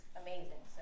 amazing